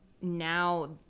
now